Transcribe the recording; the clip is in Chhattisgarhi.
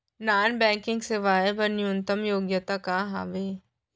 नॉन बैंकिंग सेवाएं बर न्यूनतम योग्यता का हावे?